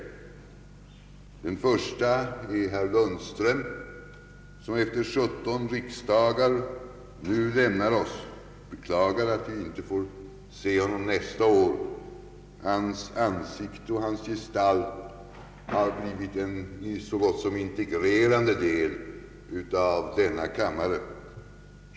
Den förste är herr Lundström, som efter 17 riksdagar nu lämnar oss. Jag beklagar att vi inte får se honom nästa år. Hans ansikte och hans gestalt har blivit en så gott som integrerande del av denna kammare.